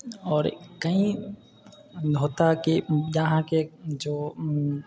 आओर कहीँ होता कि जहाँके जे